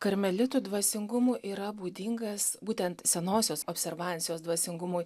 karmelitų dvasingumui yra būdingas būtent senosios observancijos dvasingumui